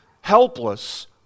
helpless